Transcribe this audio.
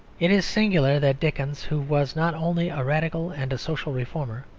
it is singular that dickens, who was not only a radical and a social reformer,